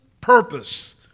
purpose